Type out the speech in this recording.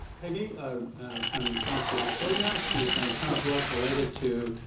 peggy ah from university of victoria. she's done a ton of work related to